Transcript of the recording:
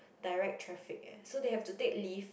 direct traffic leh so they have to take leave